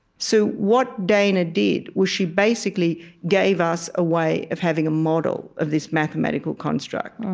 so what dana did was she basically gave us a way of having a model of this mathematical construct.